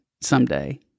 someday